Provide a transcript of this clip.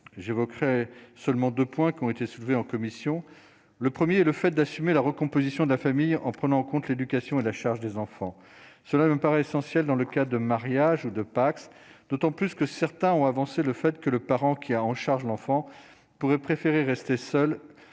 j'évoquerai seulement 2 points qui ont été soulevées en commission le 1er et le fait d'assumer la recomposition de la famille en prenant en compte l'éducation à la charge des enfants, cela me paraît essentiel dans le cas de mariage ou de Pacs d'autant plus que certains ont avancé le fait que le parent qui a en charge l'enfant pourrait préférer rester seul,